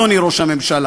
אדוני ראש הממשלה.